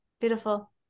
Beautiful